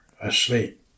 asleep